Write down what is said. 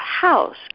house